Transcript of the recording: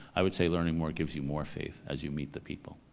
i would say learning more it gives you more faith, as you meet the people.